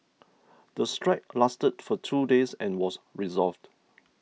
the strike lasted for two days and was resolved